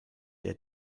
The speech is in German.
der